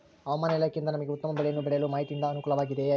ಹವಮಾನ ಇಲಾಖೆಯಿಂದ ನಮಗೆ ಉತ್ತಮ ಬೆಳೆಯನ್ನು ಬೆಳೆಯಲು ಮಾಹಿತಿಯಿಂದ ಅನುಕೂಲವಾಗಿದೆಯೆ?